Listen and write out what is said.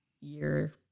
year